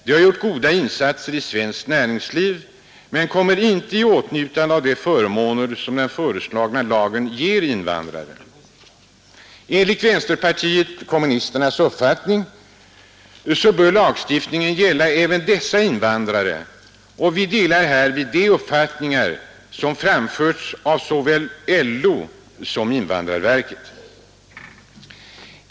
De har gjort goda insatser i svenskt näringsliv, men kommer inte i åtnjutande av de förmåner som den föreslagna lagen ger invandrare. Enligt vänsterpartiet kommunisternas uppfattning bör lagstiftningen gälla även dessa invandrare, och vi delar härvid de uppfattningar som framförts av såväl LO som invandrarverket.